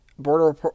Border